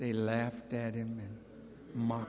they laughed at him and m